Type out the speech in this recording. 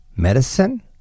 Medicine